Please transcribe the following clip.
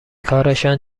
کارشان